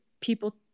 people